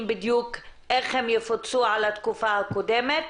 בדיוק איך הם יפוצו על התקופה הקודמת.